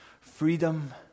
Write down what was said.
Freedom